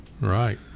Right